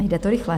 Jde to rychle.